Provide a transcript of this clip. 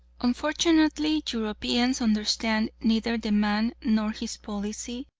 unfortunately europeans understand neither the man nor his policy,